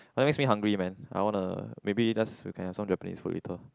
that makes me hungry man I wanna maybe just we can have some Japanese food later